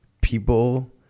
people